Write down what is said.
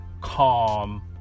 calm